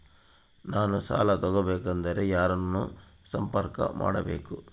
ನಾನು ಸಾಲ ತಗೋಬೇಕಾದರೆ ನಾನು ಯಾರನ್ನು ಸಂಪರ್ಕ ಮಾಡಬೇಕು?